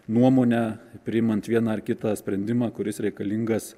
nuomonę priimant vieną ar kitą sprendimą kuris reikalingas